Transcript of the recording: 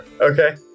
Okay